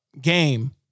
Game